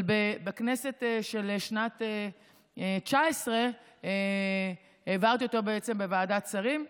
אבל בכנסת של שנת 2019 העברתי אותו בעצם בוועדת שרים.